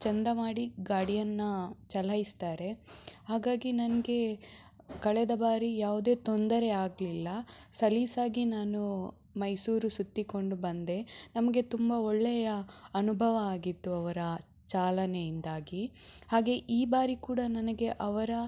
ಚಂದ ಮಾಡಿ ಗಾಡಿಯನ್ನು ಚಲಾಯಿಸ್ತಾರೆ ಹಾಗಾಗಿ ನನಗೆ ಕಳೆದ ಬಾರಿ ಯಾವುದೇ ತೊಂದರೆ ಆಗಲಿಲ್ಲ ಸಲೀಸಾಗಿ ನಾನು ಮೈಸೂರು ಸುತ್ತಿಕೊಂಡು ಬಂದೆ ನಮಗೆ ತುಂಬ ಒಳ್ಳೆಯ ಅನುಭವ ಆಗಿತ್ತು ಅವರ ಚಾಲನೆಯಿಂದಾಗಿ ಹಾಗೆ ಈ ಬಾರಿ ಕೂಡ ನನಗೆ ಅವರ